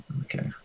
Okay